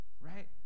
Right